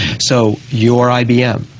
so, you are ibm,